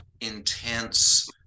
intense